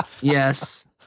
Yes